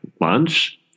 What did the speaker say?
lunch